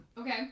Okay